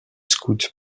scouts